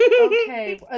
Okay